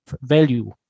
value